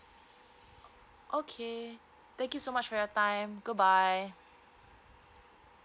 okay thank you so much for your time goodbye